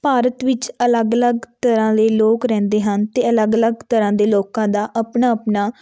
ਭਾਰਤ ਵਿੱਚ ਅਲੱਗ ਅਲੱਗ ਤਰ੍ਹਾਂ ਦੇ ਲੋਕ ਰਹਿੰਦੇ ਹਨ ਅਤੇ ਅਲੱਗ ਅਲੱਗ ਤਰ੍ਹਾਂ ਦੇ ਲੋਕਾਂ ਦਾ ਆਪਣਾ ਆਪਣਾ